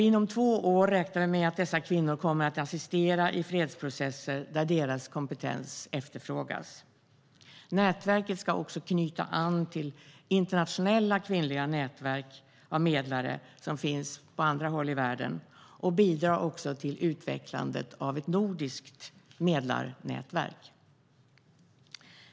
Inom två år räknar vi med att dessa kvinnor kommer att assistera i fredsprocesser där deras kompetens efterfrågas. Nätverket ska också knyta an till andra internationella kvinnliga nätverk av medlare som finns på andra håll i världen samt bidra till utvecklandet av ett nordiskt medlarnätverk.